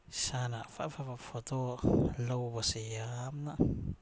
ꯏꯁꯥꯅ ꯑꯐ ꯑꯐꯕ ꯐꯣꯇꯣ ꯂꯧꯕꯁꯦ ꯌꯥꯝꯅ